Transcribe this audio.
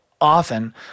often